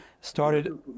started